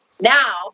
Now